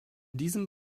diesem